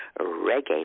reggae